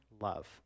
love